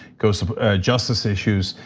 goes to justice issues.